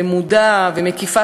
למודה ומקיפה,